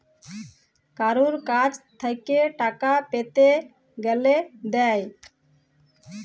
কারুর কাছ থেক্যে টাকা পেতে গ্যালে দেয়